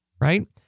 right